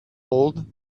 old